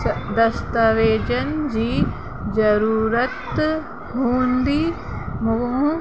दस्तावेज़नि जी ज़रूरत हूंदी मूं